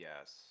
yes